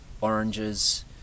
oranges